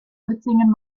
mitsingen